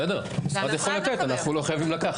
בסדר, אתה יכול לתת, אנחנו לא חייבים לקחת.